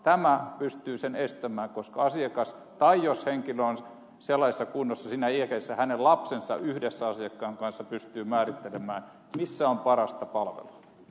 tämä pystyy sen estämään koska asiakas tai jos henkilö on sellaisessa kunnossa siinä iässä hänen lapsensa yhdessä asiakkaan kanssa pystyy määrittelemään missä on parasta palvelua